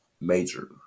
major